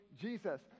Jesus